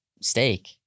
Steak